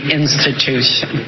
institution